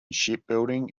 shipbuilding